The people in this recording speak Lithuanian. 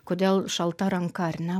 kodėl šalta ranka ar ne